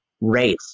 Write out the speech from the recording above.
race